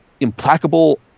implacable